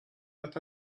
that